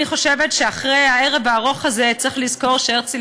אני חושבת שאחרי הערב הארוך הזה צריך לזכור שהרצל